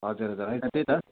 हजुर हजुर होइन त्यही त